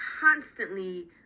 constantly